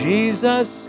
Jesus